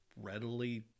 Readily